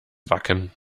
wacken